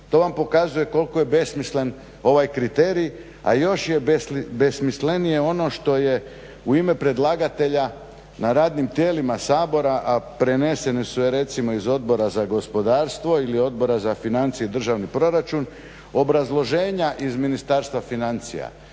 To vam pokazuje koliko je besmislen ovaj kriterij. A još je besmislenije ono što je u ime predlagatelja na radnim tijelima Sabora, a prenesene su iz recimo Odbora za gospodarstvo ili Odbora za financije i državni proračun, obrazloženja iz Ministarstva financija